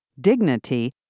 dignity